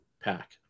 pack